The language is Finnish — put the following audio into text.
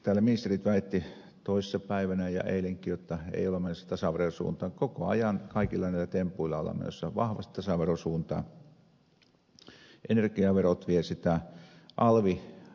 täällä ministerit väittivät toissapäivänä ja eilenkin jotta ei olla menossa tasaveron suuntaan mutta koko ajan kaikilla näillä tempuilla ollaan menossa vahvasti tasaveron suuntaan energiaverot vievät sitä alvn korotus